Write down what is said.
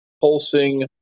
pulsing